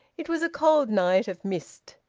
it was a cold night of mist.